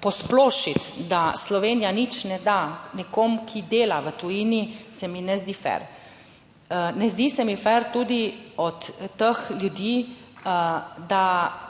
posplošiti, da Slovenija nič ne da nekomu, ki dela v tujini, se mi ne zdi fer. Ne zdi se mi fer tudi od teh ljudi, da